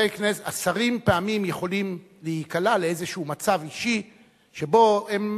השרים פעמים יכולים להיקלע לאיזה מצב אישי שבו הם